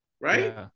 right